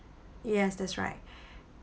yes that's right